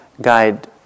guide